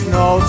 no